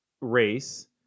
race